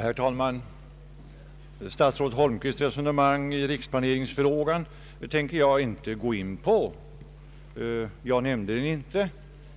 Herr talman! Statsrådet Holmqvists resonemang i riksplaneringsfrågan tänker jag inte gå in på. Jag nämnde det inte